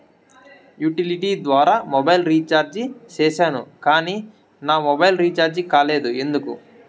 Utility ద్వారా mobile recharge సేసాను కానీ నా మొబైల్ రీచార్జి కాలేదు ఎందుకు?